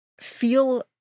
feel